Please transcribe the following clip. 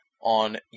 on